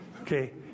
Okay